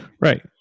Right